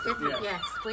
Yes